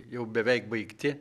jau beveik baigti